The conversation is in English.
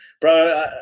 Bro